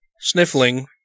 sniffling